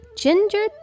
ginger